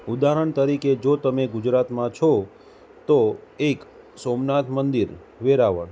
ઉદાહરણ તરીકે જો તમે ગુજરાતમાં છો તો એક સોમનાથ મંદિર વેરાવળ